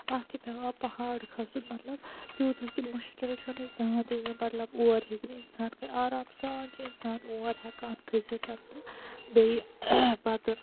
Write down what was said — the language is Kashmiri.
اَتھ چھِ پیٚوان پَہَاڑ کھسُن مَطلَب تِیوتاہ تہِ مشکِل چھُنہٕ زِیادٕ یہِ مَطلَب اور ہیٚکہِ نہٕ اِنسان آرام سان چھ اِنسان اور ہیٚکان کھسِتھ تہٕ بیٚیہ پَتہ